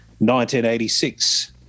1986